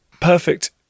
perfect